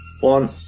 One